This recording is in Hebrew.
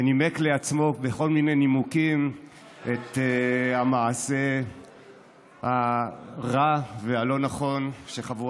ונימק לעצמו בכל מיני נימוקים את המעשה הרע והלא-נכון שחבורה